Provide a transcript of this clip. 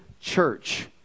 church